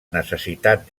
necessitat